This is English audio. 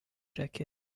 jacket